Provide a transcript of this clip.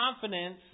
confidence